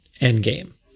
endgame